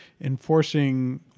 enforcing